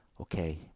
okay